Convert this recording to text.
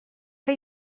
que